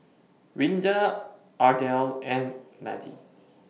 Rinda Ardelle and Madie